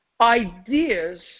ideas